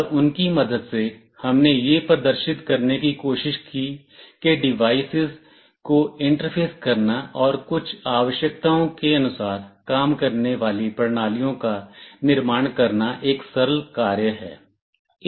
और उनकी मदद से हमने यह प्रदर्शित करने की कोशिश की कि डिवाइस को इंटरफेस करना और कुछ आवश्यकताओं के अनुसार काम करने वाली प्रणालियों का निर्माण करना एक सरल कार्य है